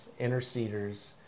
interceders